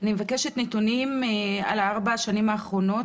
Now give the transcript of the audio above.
אני מבקשת נתונים על ארבע השנים האחרונות,